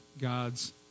God's